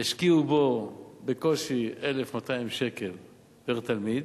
ישקיעו בו בקושי 1,200 שקל פר-תלמיד,